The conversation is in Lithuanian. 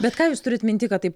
bet ką jūs turite minty kad tai